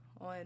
on